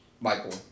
Michael